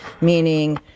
meaning